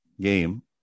game